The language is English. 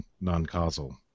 non-causal